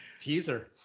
teaser